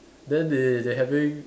then they they having